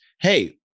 hey